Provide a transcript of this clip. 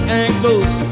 ankles